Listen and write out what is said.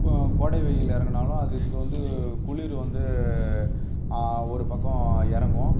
கோடை வெயில் இறங்குனாலும் அதுக்கு வந்து குளிர் வந்து ஒரு பக்கம் இறங்கும்